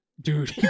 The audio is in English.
Dude